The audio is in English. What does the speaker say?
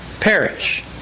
perish